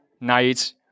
night